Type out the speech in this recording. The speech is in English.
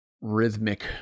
rhythmic